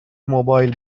موبایل